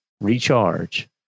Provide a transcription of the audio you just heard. recharge